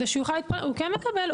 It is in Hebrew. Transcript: הוא כן מקבל,